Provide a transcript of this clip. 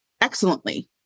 excellently